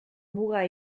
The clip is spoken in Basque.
muga